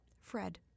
Fred